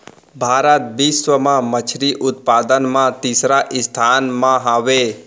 भारत बिश्व मा मच्छरी उत्पादन मा तीसरा स्थान मा हवे